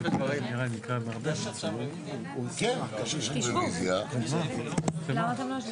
ואם כן, כמה זמן לוקח להתלונן וכמה זמן לוקח עד